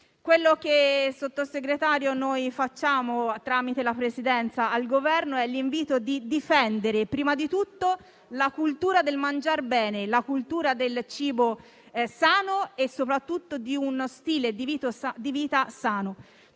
Presidenza, facciamo pervenire al Governo è l'invito a difendere prima di tutto la cultura del mangiar bene, la cultura del cibo sano e, soprattutto, di uno stile di vita sano.